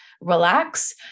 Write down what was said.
relax